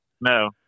No